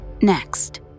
Next